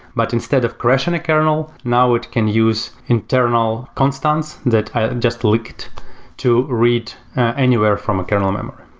but instead of crashing a kernel, now it can use internal constants that i just leaked to read anywhere from a kernel memory.